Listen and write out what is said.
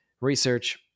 research